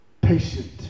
patient